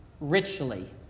richly